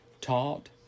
taught